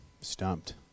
stumped